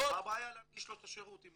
מה הבעיה להנגיש לו את השירות?